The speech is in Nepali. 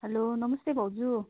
हेलो नमस्ते भाउजू